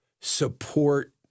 support